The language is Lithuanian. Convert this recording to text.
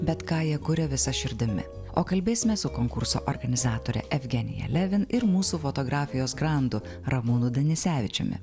bet ką jie kuria visa širdimi o kalbėsime su konkurso organizatore evgenija levin ir mūsų fotografijos grandu ramūnu danisevičiumi